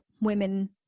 women